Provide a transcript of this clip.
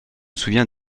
souviens